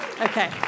okay